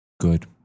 Good